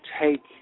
take